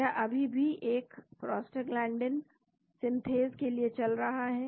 यह अभी भी एक प्रोस्टाग्लैंडीन सिंथेज़ के लिए चल रहा है